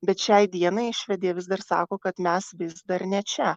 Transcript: bet šiai dienai švedija vis dar sako kad mes vis dar ne čia